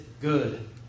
good